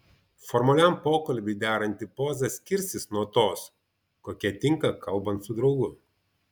formaliam pokalbiui deranti poza skirsis nuo tos kokia tinka kalbant su draugu